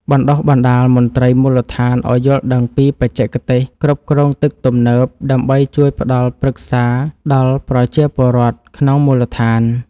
បណ្ដុះបណ្ដាលមន្ត្រីមូលដ្ឋានឱ្យយល់ដឹងពីបច្ចេកទេសគ្រប់គ្រងទឹកទំនើបដើម្បីជួយផ្ដល់ប្រឹក្សាដល់ប្រជាពលរដ្ឋក្នុងមូលដ្ឋាន។